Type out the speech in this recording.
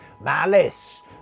Malice